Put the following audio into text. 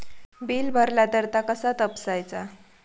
Bill भरला तर कसा तपसायचा?